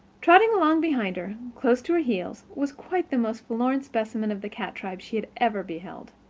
trotting along behind her, close to her heels, was quite the most forlorn specimen of the cat tribe she had ever beheld.